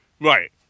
Right